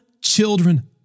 children